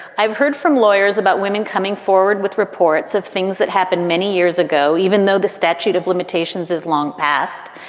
i've heard from lawyers about women coming forward with reports of things that happened many years ago, even though the statute of limitations is long past.